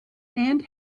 and